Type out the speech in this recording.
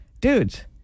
dudes